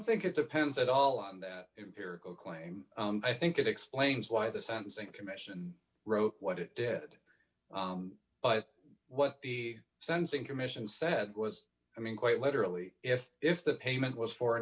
think it depends at all on that imperial claim i think it explains why the sentencing commission wrote what it did but what the sensing commission said was i mean quite literally if if the payment was for